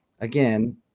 again